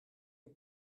est